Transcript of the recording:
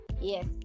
yes